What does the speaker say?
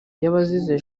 y’abazize